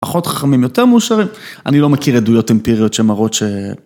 פחות חכמים, יותר מאושרים, אני לא מכיר עדויות אמפיריות שמראות ש...